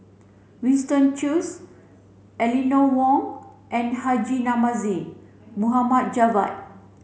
Winston Choos Eleanor Wong and Haji Namazie Mohd Javad